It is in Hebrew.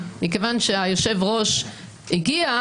פרופסורים למשפטים.